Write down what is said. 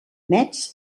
metz